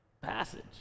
passage